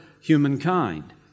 humankind